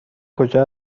کجا